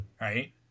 Right